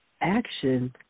action